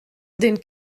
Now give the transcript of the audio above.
den